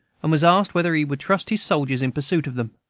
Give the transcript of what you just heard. and was asked whether he would trust his soldiers in pursuit of them.